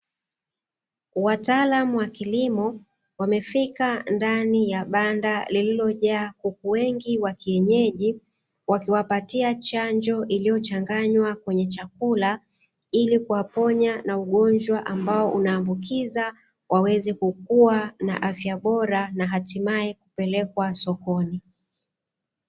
Wataalamu wa kilimo wamefika ndani ya banda lililo jaa kuku wengi wa kienyeji, wakiwa patia chanjo iliyo changanywa kwenye chakula, ili kuwaponya na ugonjwa ambao una ambukiza waweze kukua na afya bora na hatimae kupelekwa sokoni.